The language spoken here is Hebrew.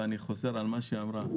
אני חוזר על מה שהיא אמרה,